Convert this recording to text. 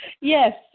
Yes